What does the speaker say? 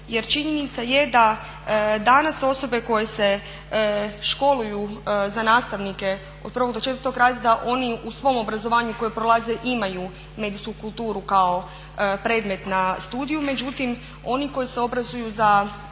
Jer činjenica je da danas osobe koje se školuju za nastavnike od prvog do četvrtog razreda oni u svom obrazovanju koje prolaze imaju medijsku kulturu kao predmet na studiju, međutim oni koji se obrazuju za